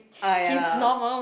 ah ya lah